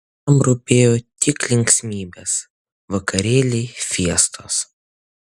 jam rūpėjo tik linksmybės vakarėliai fiestos